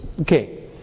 Okay